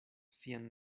sian